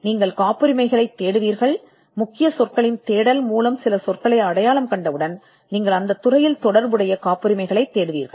நீங்கள் காப்புரிமையைத் தேடுவீர்கள் முக்கிய சொற்களின் மூலம் சில சொற்களை அடையாளம் கண்டவுடன் நீங்கள் அந்த துறையில் தொடர்புடைய காப்புரிமைகளைத் தேடுவீர்கள்